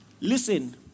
Listen